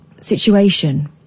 situation